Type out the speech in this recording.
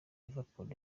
liverpool